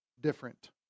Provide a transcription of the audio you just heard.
different